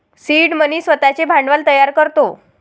seed money स्वतःचे भांडवल तयार करतो